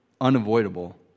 unavoidable